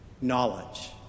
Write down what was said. knowledge